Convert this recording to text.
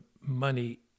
money